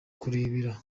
kurebera